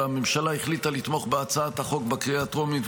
והממשלה החליטה לתמוך בהצעת החוק בקריאה הטרומית.